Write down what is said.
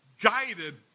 guided